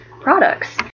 products